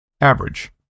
Average